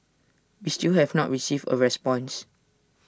we still have not received A response